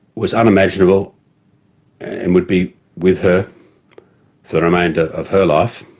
was unimaginable and would be with her for the remainder of her life,